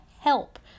help